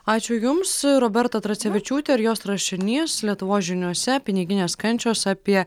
ačiū jums roberta tracevičiūtė ir jos rašinys lietuvos žiniose piniginės kančios apie